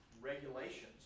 regulations